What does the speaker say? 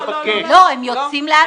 הם יוצאים לאט לאט.